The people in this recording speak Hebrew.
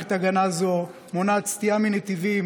מערכת הגנה זו מונעת סטייה מנתיבים